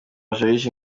joriji